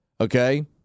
Okay